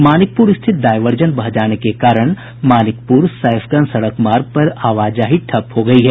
मानिकपुर स्थित डायवर्जन बह जाने के कारण मानिकपुर सैफगंज सड़क मार्ग पर आवाजाही ठप हो गयी है